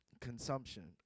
consumption